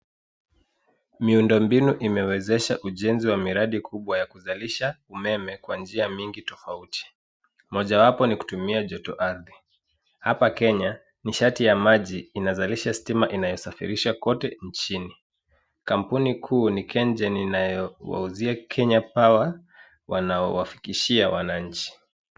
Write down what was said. Miundombinu imewezesha m ya kuzalisha umeme kwa njia nyingi tofauti moja wapo ni kutumia jotoarthi hapa kenye nisharti inayosafirisha kote nchini kampuni kuu ni kengen inaowauzia kenya power wanao wafikishia wananchi. Miundombinu imewezesha ujenzi wa miradi kubwa ya kuzalisha umeme kwa njia mingi tofauti. Mojawapo ni kutumia jotoardhi hapa Kenya. Nishati ya maji inazalisha stima inayosafirisha kote nchini. Kampuni kuu ni KenGen, inayowauzia Kenya Power wanaowafikishia wananchi.